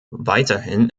weiterhin